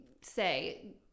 say